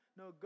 no